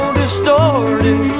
distorted